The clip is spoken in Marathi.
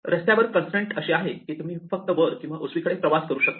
रस्त्यावर कॉन्स्ट्राईण्ट अशी आहे की तुम्ही फक्त वर किंवा उजवीकडे प्रवास करू शकता